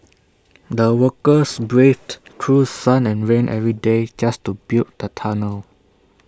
the workers braved through sun and rain every day just to build the tunnel